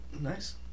nice